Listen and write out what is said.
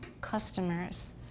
customers